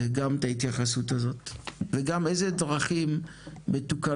וגם את ההתייחסות הזאת וגם איזה דרכים מתוקנות